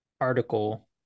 article